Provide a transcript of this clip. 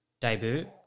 debut